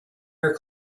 your